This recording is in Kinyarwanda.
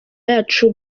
yacu